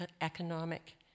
economic